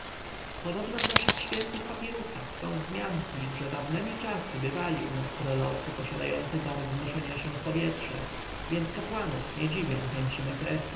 podobno w naszych świętych papirusach są wzmianki że dawnemi czasy bywali u nas prorocy posiadający dar wznoszenia się w powietrze więc kapłanów nie dziwią chęci mefresa a